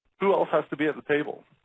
who else has to be at the table,